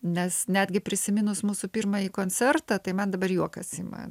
nes netgi prisiminus mūsų pirmąjį koncertą tai man dabar juokas ima